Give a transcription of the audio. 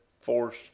force